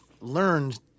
learned